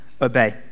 obey